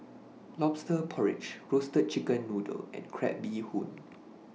Lobster Porridge Roasted Chicken Noodle and Crab Bee Hoon